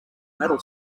metal